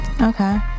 Okay